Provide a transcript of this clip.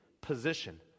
position